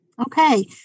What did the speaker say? Okay